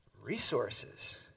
resources